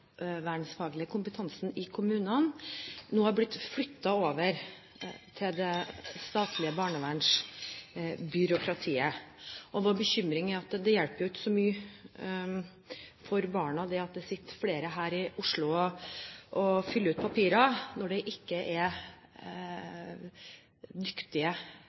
kompetansen i kommunene nå er blitt flyttet over til det statlige barnevernsbyråkratiet. Og vår bekymring er at det hjelper ikke så mye for barna at det sitter flere her i Oslo og fyller ut papirer når det ikke er dyktige